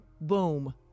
Boom